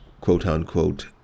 quote-unquote